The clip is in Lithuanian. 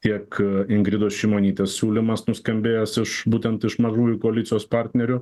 tiek ingridos šimonytės siūlymas nuskambėjęs iš būtent iš mažųjų koalicijos partnerių